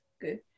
good